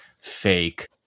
Fake